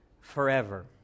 forever